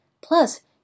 Plus